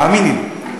האמיני לי.